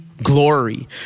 Glory